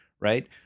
right